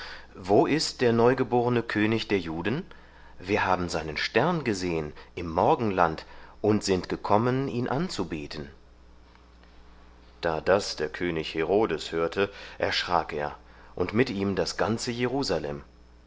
wo ist der neugeborene könig der juden wir haben seinen stern gesehen im morgenland und sind gekommen ihn anzubeten da das der könig herodes hörte erschrak er und mit ihm das ganze jerusalem